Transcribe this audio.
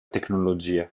tecnologia